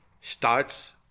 starts